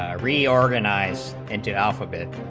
ah reorganized into alphabet